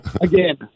again